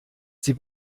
sie